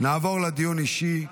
נעבור לדיון האישי.